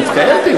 שם מתקיים דיון,